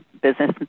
business